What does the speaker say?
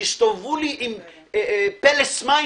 והסתובבו עם פלס מים,